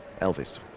Elvis